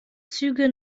züge